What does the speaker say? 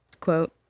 Quote